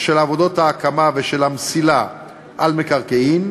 של עבודות ההקמה ושל המסילה על מקרקעין,